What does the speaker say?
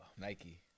Nike